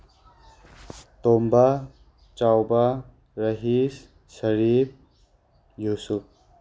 Tomba Chaoba Rahis Sharif Yusuf